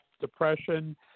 depression